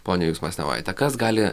ponia jūs masnevaite kas gali